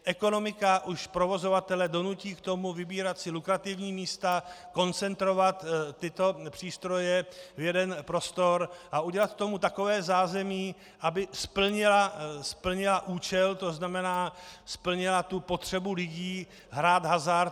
Ekonomika už provozovatele donutí k tomu vybírat si lukrativní místa, koncentrovat tyto přístroje v jeden prostor a udělat k tomu takové zázemí, aby splnila účel, to znamená splnila potřebu lidí hrát hazard.